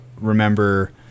remember